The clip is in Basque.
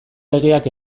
legeak